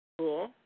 Cool